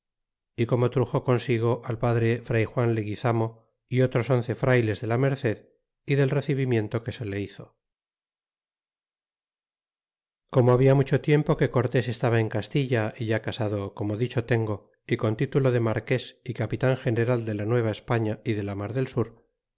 y como truxo consigo al padre fray juan leguizamo y otros once frayles de la merced y del recibimiento que se le hizo como habia mucho tiempo que cortés estaba en castilla é ya casado como d i ehr fengo y con título de marques y capilar general de la nueva españa y de la mar del sur